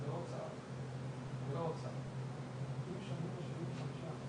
ולכך נועד הסעיף בחקיקה של התחדשות עירונית --- כרמית,